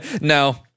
no